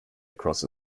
across